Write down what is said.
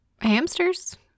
Hamsters